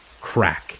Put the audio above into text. crack